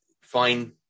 fine